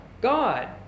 God